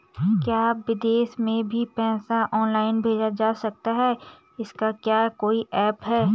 क्या विदेश में भी पैसा ऑनलाइन भेजा जा सकता है इसका क्या कोई ऐप है?